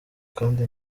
kandi